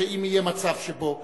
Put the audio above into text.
אם יהיה מצב שבו,